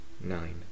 nine